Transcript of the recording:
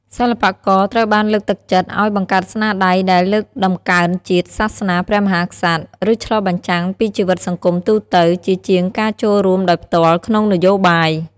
សិល្បករត្រូវបានលើកទឹកចិត្តឱ្យបង្កើតស្នាដៃដែលលើកតម្កើងជាតិ សាសនា ព្រះមហាក្សត្រ ឬឆ្លុះបញ្ចាំងពីជីវិតសង្គមទូទៅ ជាជាងការចូលរួមដោយផ្ទាល់ក្នុងនយោបាយ។